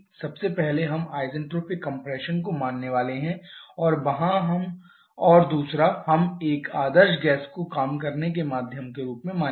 सबसे पहले हम आईसेन्ट्रोपिक कंप्रेशन को मानने वाले हैं और दूसरा हम एक आदर्श गैस को काम करने के माध्यम के रूप में मानेंगे